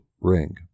Ring